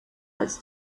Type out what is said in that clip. als